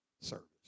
service